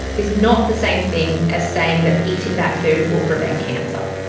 is not the same thing as saying that eating that food will prevent cancer.